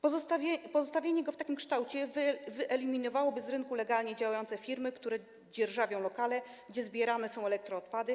Pozostawienie go w takim kształcie wyeliminowałoby z rynku legalnie działające firmy, które dzierżawią lokale, gdzie zbierane są elektroodpady.